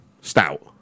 Stout